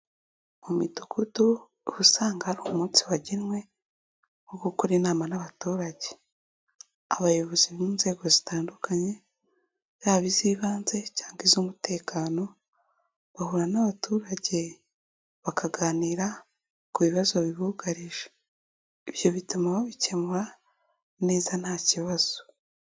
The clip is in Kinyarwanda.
Mu midugudu uba usanga hari umunsi wagenwe, wo gukora inama n'abaturage. Abayobozi b'inzego zitandukanye, yaba iz'ibanze cyangwa iz'umutekano, bahura n'abaturage, bakaganira ku bibazo bibugarije, ibyo bituma babikemura neza nta kibazo.